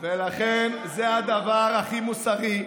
ולכן זה הדבר הכי מוסרי,